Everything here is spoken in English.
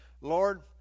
Lord